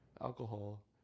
alcohol